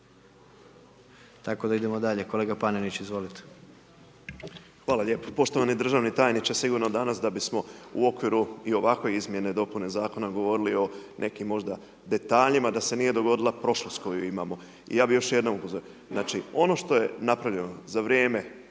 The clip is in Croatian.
Tako da idemo dalje, kolega Panenić, izvolite. **Panenić, Tomislav (MOST)** Hvala lijepo. Poštovani državni tajniče sigurno danas da bismo u okviru i ovakve izmjene i dopune zakona govorili o nekim možda detaljima da se nije dogodila prošlost koju imamo. Ja bi još jednom upozorio, znači ono što je napravljeno za vrijeme